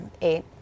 eight